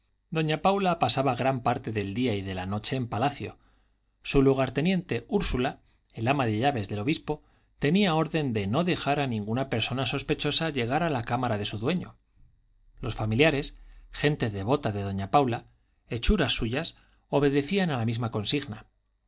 doña paula pasaba gran parte del día y de la noche en palacio su lugarteniente úrsula el ama de llaves del obispo tenía orden de no dejar a ninguna persona sospechosa llegar a la cámara de su dueño los familiares gente devota de doña paula hechuras suyas obedecían a la misma consigna